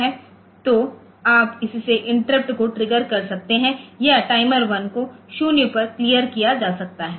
तो आप इससे इंटरप्ट को ट्रिगर कर सकते हैं या टाइमर 1 को 0 पर क्लियर किया जा सकता है